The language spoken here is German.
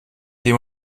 dem